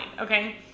okay